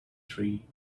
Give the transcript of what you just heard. tree